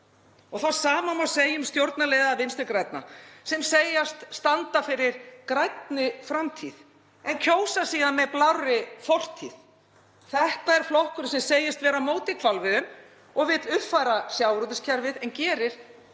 Og það sama má segja um stjórnarliða VG, sem segjast standa fyrir grænni framtíð en kjósa síðan með blárri fortíð. Þetta er flokkurinn sem segist vera á móti hvalveiðum og vill uppfæra sjávarútvegskerfið, en gerir